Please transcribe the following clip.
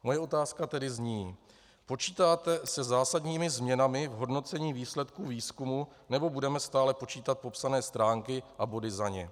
Moje otázka tedy zní: Počítáte se zásadními změnami v hodnocení výsledků výzkumu, nebo budeme stále počítat popsané stránky a body za ně?